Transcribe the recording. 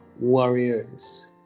warriors